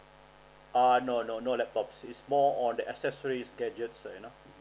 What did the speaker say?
uh no no no laptop is more on accessories gadgets you know